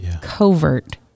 covert